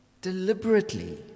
deliberately